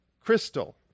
crystal